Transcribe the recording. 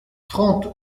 trente